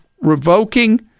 revoking